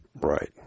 Right